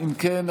אם כן,